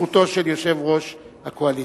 בזכותו של יושב-ראש הקואליציה.